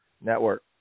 network